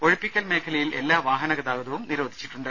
ഒഴിപ്പിക്കൽ മേഖ ലയിൽ എല്ലാ വാഹന ഗതാഗതവും നിരോധിച്ചിട്ടുണ്ട്